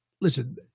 listen